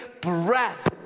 breath